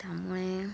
त्यामुळे